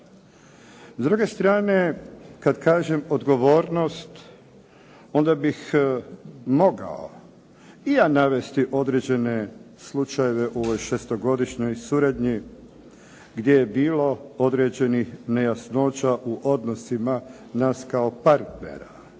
S druge strane kad kažem odgovornost onda bih mogao i ja navesti određene slučajeve u ovoj šestogodišnjoj suradnji gdje je bilo određenih nejasnoća u odnosima nas kao partnera.